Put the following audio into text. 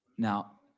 Now